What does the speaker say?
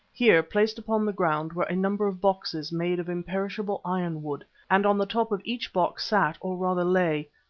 here, placed upon the ground, were a number of boxes made of imperishable ironwood, and on the top of each box sat, or rather lay,